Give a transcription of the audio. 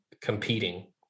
competing